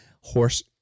horse